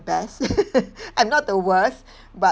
best I'm not the worst but